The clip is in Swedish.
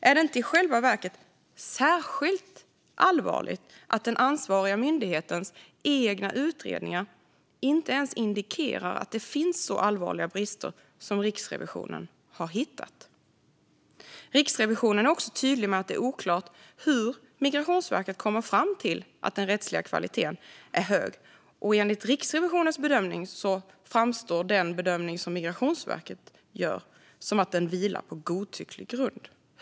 Är det inte in själva verket särskilt allvarligt att den ansvariga myndighetens egna utredningar inte ens indikerar att det finns så allvarliga brister som Riksrevisionens har hittat? Riksrevisionen är också tydlig med att det är oklart hur Migrationsverket kommer fram till att den rättsliga kvaliteten är hög, och enligt Riksrevisionens bedömning vilar Migrationsverkets bedömning på godtycklig grund.